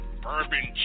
bourbon